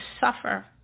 suffer